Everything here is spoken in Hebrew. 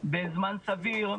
בזמן סביר,